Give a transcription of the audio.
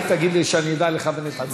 רק תגיד לי, שאני אדע לכוון את עצמי.